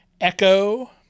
Echo